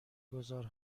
گذار